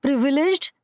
Privileged